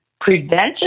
prevention